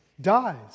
dies